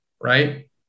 right